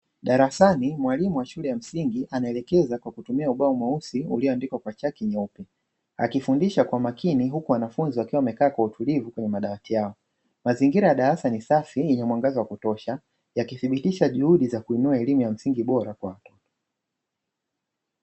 Darasani mwalimu wa shule ya msingi anaelekeza kwa kutumia ubao mweusi ulioandikwa kwa chaki nyeupe, akifundisha kwa makini huku wanafunzi wakiwa wamekaa kwa utulivu kwenye madawati yao, mazingira ya darasa ni safi lenye muangaza wa kutosha, yaki thibitisha ukuaji ya elimu ya msingi bora.